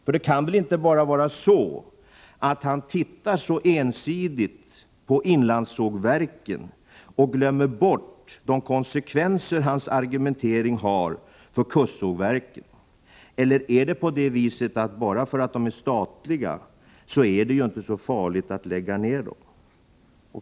För det kan väl inte vara så att herr Ångström tittar så ensidigt på inlandssågverken att han glömmer bort de konsekvenser som hans argumentering har för kustsågverken? Eller menar han att eftersom dessa är statliga är det inte så farligt att lägga ned dem?